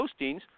postings